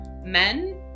Men